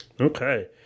Okay